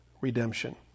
redemption